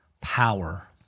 power